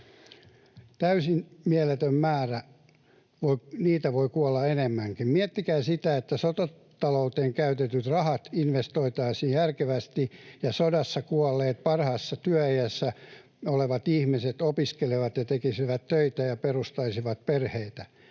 äräde talman! Ihmisiä voi kuolla enemmänkin. Miettikää sitä, että sotatalouteen käytetyt rahat investoitaisiin järkevästi ja sodassa kuolleet, parhaassa työiässä olevat ihmiset opiskelisivat ja tekisivät töitä ja perustaisivat perheitä.